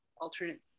alternate